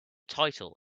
title